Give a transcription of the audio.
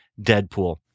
Deadpool